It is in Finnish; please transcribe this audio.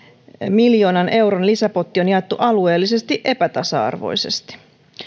miljoonan euron lisäpotti on jaettu alueellisesti epätasa arvoisesti